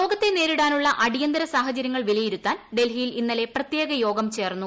രോഗത്ത്രെ ന്റെരിടാനുള്ള അടിയന്തര സാഹചര്യങ്ങൾ വിലയിരുത്താൻ ഡൽഹിയിൽ ഇന്നലെ പ്രത്യേക യോഗം ചേർന്നു